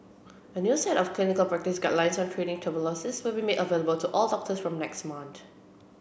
a new set of clinical practice guidelines on treating tuberculosis will be made available to all doctors from next month